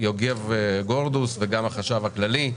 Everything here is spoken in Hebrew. יוגב גרדוס וגם החשב הכללי.